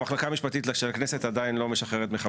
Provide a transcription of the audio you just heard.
המחלקה המשפטית של הכנסת עדיין לא משחררת מחבלים.